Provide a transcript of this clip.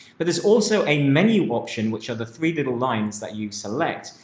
but there's also a menu option, which are the three little lines that you select.